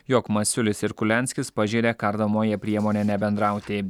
jog masiulis ir kurlianskis pažeidė kardamoją priemonę nebendrauti